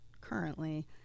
currently